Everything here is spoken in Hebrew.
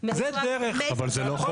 אז אולי זו גם